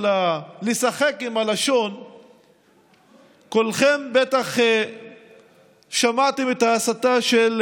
שכל כך מתביישת במעשיה.